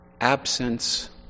absence